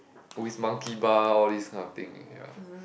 always Monkey Bar all this kind of thing ya